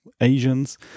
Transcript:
Asians